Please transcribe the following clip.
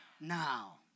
now